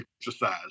exercise